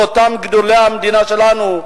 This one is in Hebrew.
לאותם גדולי המדינה שלנו.